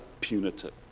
punitive